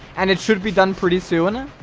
and it should be done pretty soon, huh?